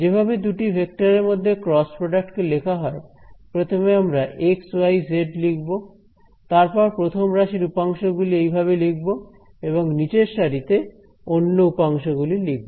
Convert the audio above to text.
যেভাবে দুটি ভেক্টর এর মধ্যে ক্রস প্রডাক্ট কে লেখা হয় প্রথমে আমরা এক্স ওয়াই জেড লিখব তারপর প্রথম রাশির উপাংশ গুলি এইভাবে লিখব এবং নিচের সারিতে অন্য উপাংশ গুলি লিখব